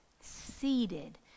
seated